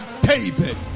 David